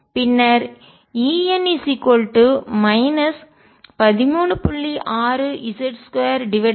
பின்னர் En 13